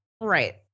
Right